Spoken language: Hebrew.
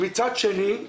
ומצד שני,